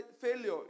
failure